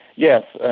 yes,